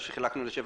אלא חילקנו ל-7,